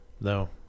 No